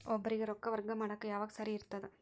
ಒಬ್ಬರಿಗ ರೊಕ್ಕ ವರ್ಗಾ ಮಾಡಾಕ್ ಯಾವಾಗ ಸರಿ ಇರ್ತದ್?